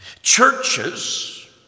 churches